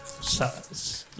size